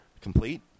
complete